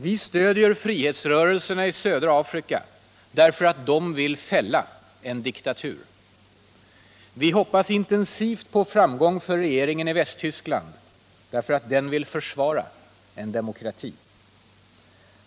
Vi stödjer frihetsrörelserna i södra Afrika därför att de vill fälla en diktatur. Vi hoppas intensivt på framgång för regeringen i Västtyskland därför att den vill försvara en demokrati.